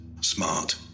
smart